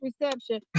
reception